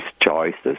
choices